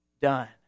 done